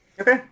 Okay